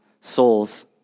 souls